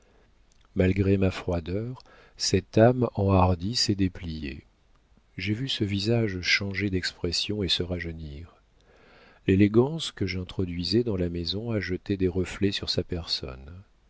malgré ma froideur cette âme enhardie s'est dépliée j'ai vu ce visage changer d'expression et se rajeunir l'élégance que j'introduisais dans la maison a jeté des reflets sur sa personne